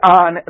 on